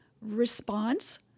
response